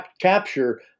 capture